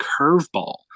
curveball